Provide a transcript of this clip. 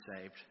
saved